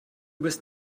bist